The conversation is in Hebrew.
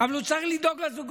הוא צריך לדאוג שלא תהיה אינפלציה,